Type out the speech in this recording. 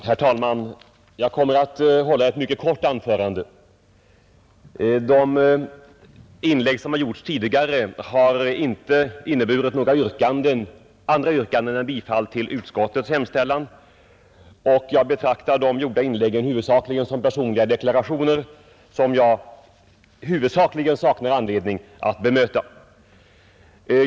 Herr talman! Jag kommer att hålla ett kort anförande. De inlägg som gjorts tidigare har inte inneburit några andra yrkanden än bifall till utskottets hemställan, och jag betraktar dessa inlägg huvudsakligen som personliga deklarationer, som jag saknar anledning att bemöta.